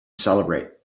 celebrate